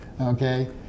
okay